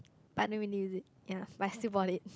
but no one use it ya but I have to bought it